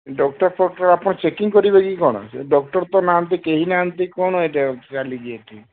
doctor ଫକ୍ଟର ଆପଣ checking କରିବେ କି କ'ଣ ସେ ଡକ୍ଟର ତ ନାହାନ୍ତି କେହି ନାହାନ୍ତି କ'ଣ ଏଠି ଚାଲିିଛି ଏଠି